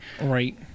right